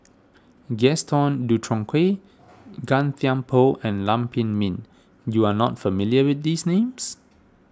Gaston Dutronquoy Gan Thiam Poh and Lam Pin Min you are not familiar with these names